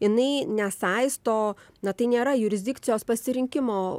jinai nesaisto na tai nėra jurisdikcijos pasirinkimo